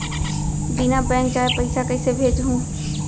बिना बैंक जाए पइसा कइसे भेजहूँ?